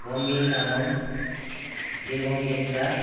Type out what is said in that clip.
वाङ्गेल तामाङ देवङ लेप्चा